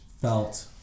felt